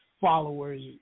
followers